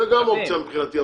זה גם אופציה מבחינתי,